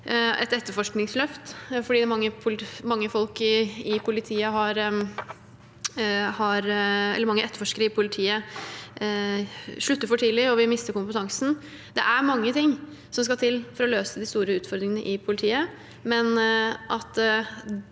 et etterforskningsløft, fordi mange etterforskere i politiet slutter for tidlig, og vi mister kompetansen. Det er mange ting som skal til for å løse de store utfordringene i politiet,